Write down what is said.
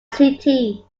city